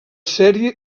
sèrie